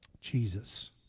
Jesus